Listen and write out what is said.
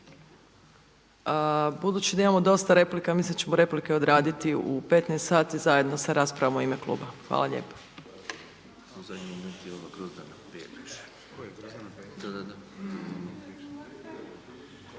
Budući da imamo dosta replika, mislim da ćemo replike odraditi u 15,00 sati zajedno sa raspravom u ime kluba. Hvala lijepa.